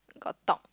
got talk